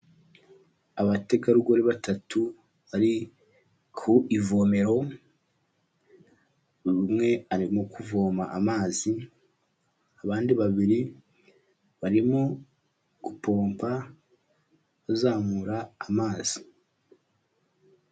Abategarugori batatu bari ku ivomero, umwe arimo kuvoma amazi abandi babiri, barimo gupompa bazamura amazi.